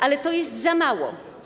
Ale to jest za mało.